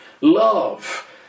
love